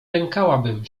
lękałabym